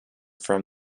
from